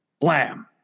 Blam